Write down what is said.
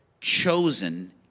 chosen